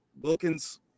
Wilkins